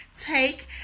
take